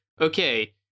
okay